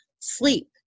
sleep